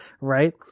right